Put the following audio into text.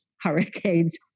hurricanes